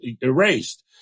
erased